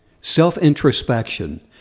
self-introspection